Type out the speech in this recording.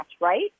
right